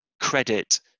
credit